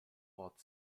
ort